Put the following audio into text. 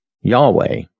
Yahweh